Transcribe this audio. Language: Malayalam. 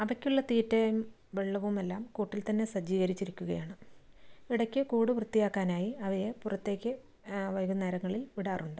അവയ്ക്കുള്ള തീറ്റയും വെള്ളവുമെല്ലാം കൂട്ടിൽ തന്നെ സജ്ജീകരിച്ചിരിക്കുകയാണ് ഇടയ്ക്ക് കൂട് വൃത്തിയാക്കാനായി അവയെ പുറത്തേക്ക് വൈകുന്നേരങ്ങളിൽ വിടാറുണ്ട്